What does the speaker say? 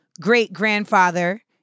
great-grandfather